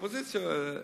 ואופוזיציה,